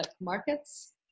markets